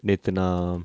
நேத்து நா:nethu na